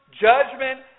judgment